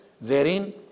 therein